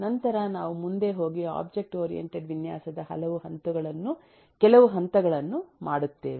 ನಂತರ ನಾವು ಮುಂದೆ ಹೋಗಿ ಒಬ್ಜೆಕ್ಟ್ ಓರಿಯೆಂಟೆಡ್ ವಿನ್ಯಾಸದ ಕೆಲವು ಹಂತಗಳನ್ನು ಮಾಡುತ್ತೇವೆ